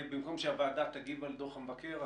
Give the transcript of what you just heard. במקום שהוועדה תגיב על דוח המבקר,